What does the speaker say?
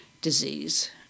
disease